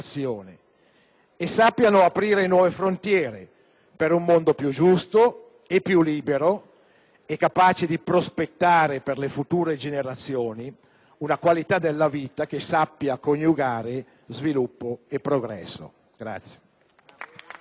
e sappiano aprire nuove frontiere per un mondo più giusto, più libero e capace di prospettare per le future generazioni una qualità della vita che sappia coniugare sviluppo e progresso.